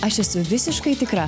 aš esu visiškai tikra